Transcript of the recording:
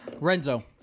Renzo